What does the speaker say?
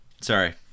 Sorry